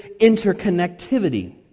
interconnectivity